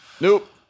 Nope